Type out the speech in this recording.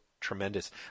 Tremendous